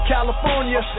California